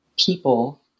people